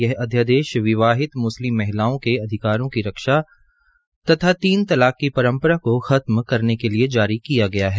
यह अध्यादेश विवाहित मुस्लिम महिलाओं के अधिकारों की रक्षा करने तथा तीन तलाक की परम्परा को खत्म करने के लिये जारी किया गया है